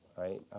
right